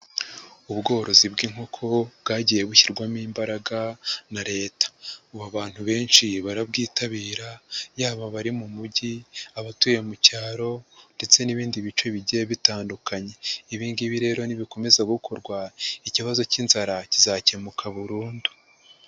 Ubworozi bw'inkoko bwagiye bushyirwamo imbaraga na Leta, ubu abantu benshi barabwitabira yaba abari mu mujyi, abatuye mu cyaro ndetse n'ibindi bice bigiye bitandukanye, ibingibi rero nibikomeza gukorwa ikibazo cy'inzara kizakemuka burundu.